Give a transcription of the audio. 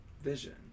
vision